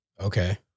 Okay